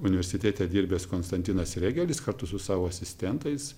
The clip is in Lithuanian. universitete dirbęs konstantinas regelis kartu su savo asistentais